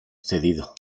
cedido